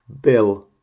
bill